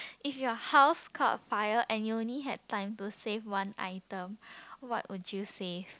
if your house caught fire and you only had time to save one item what would you save